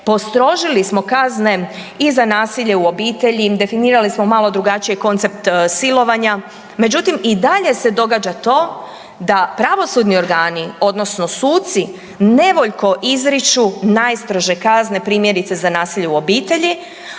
postrožili smo kazne i za nasilje u obitelji, definirali smo malo drugačije koncept silovanja, međutim, i dalje se događa to da pravosudni organi odnosno suci nevoljko izriču najstrože kazne, primjerice, za nasilje u obitelji,